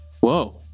Whoa